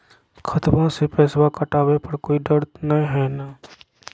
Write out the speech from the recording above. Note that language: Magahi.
खतबा से पैसबा कटाबे पर कोइ डर नय हय ना?